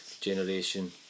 generation